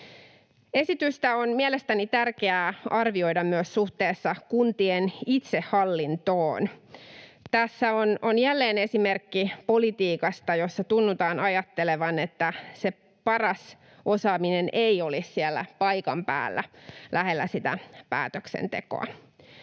Esitystä on mielestäni tärkeää arvioida myös suhteessa kuntien itsehallintoon. Tässä on jälleen esimerkki politiikasta, jossa tunnutaan ajattelevan, että se paras osaaminen ei olisi siellä paikan päällä, lähellä sitä päätöksentekoa.